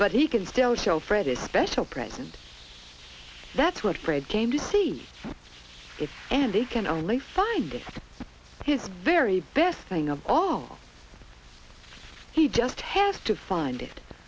but he can still show fred a special presents that's what brad came to see if and they can only find this his very best thing of all he just has to find it